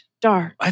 dark